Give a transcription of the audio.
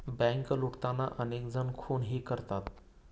bank लुटताना अनेक जण खूनही करतात